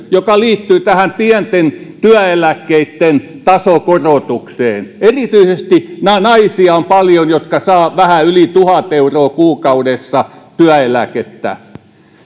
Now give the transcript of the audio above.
joka liittyy pienten työeläkkeitten tasokorotukseen on erityisesti paljon naisia jotka saavat vähän yli tuhat euroa kuukaudessa työeläkettä